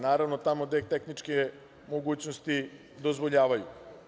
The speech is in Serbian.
Naravno, tamo gde tehničke mogućnosti dozvoljavaju.